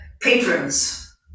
patrons